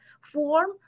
form